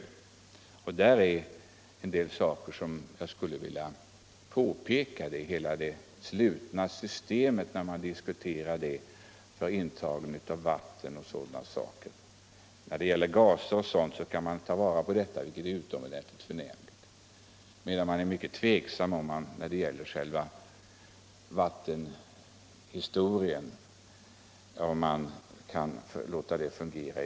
I det sammanhanget finns en del saker som jag skulle vilja påpeka — bl.a. diskuteras ju systemet för intagning av vatten osv. Gaser och annat kan tas till vara på ett utomordentligt förnämligt sätt, däremot är det mera tveksamt om man kan få ett slutet vattensystem att fungera.